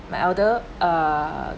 my elder err